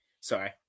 Sorry